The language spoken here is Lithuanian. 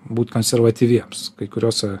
būti konservatyviems kai kuriose